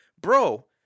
bro